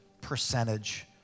percentage